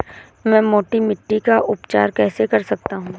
मैं मोटी मिट्टी का उपचार कैसे कर सकता हूँ?